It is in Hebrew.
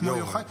כמו יוחאי.